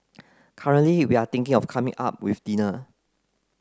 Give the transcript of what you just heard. currently we are thinking of coming up with dinner